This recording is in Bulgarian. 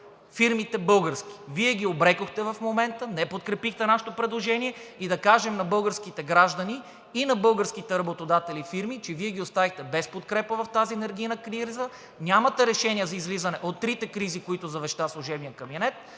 фирми. Вие в момента ги обрекохте, не подкрепихте нашето предложение. И да кажем на българските граждани, и на българските работодатели и фирми, че Вие ги оставихте без подкрепа в тази енергийна криза, нямате решения за излизане от трите кризи, които завеща служебният кабинет,